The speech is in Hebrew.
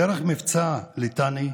דרך מבצע ליטני,